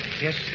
Yes